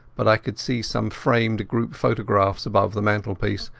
but i could see some framed group photographs above the mantelpiece,